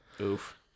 Oof